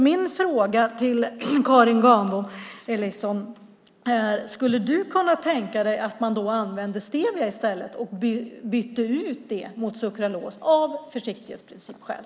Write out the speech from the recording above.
Min fråga till Karin Granbom Ellison är: Skulle du kunna tänka dig att man i stället använder stevia och byter det mot sukralos av försiktighetsprincipskäl?